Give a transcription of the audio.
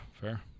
fair